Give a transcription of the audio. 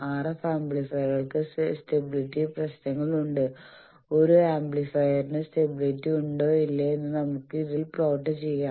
RF ആംപ്ലിഫയറുകൾക്ക് stability പ്രശ്നങ്ങളുണ്ട് ഒരു ആംപ്ലിഫയറിന് സ്റ്റബിലിറ്റി ഉണ്ടോ ഇല്ലേ എന്ന് നമുക്ക് ഇതിൽ പ്ലോട്ട് ചെയാം